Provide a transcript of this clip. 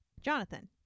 Jonathan